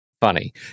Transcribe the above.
funny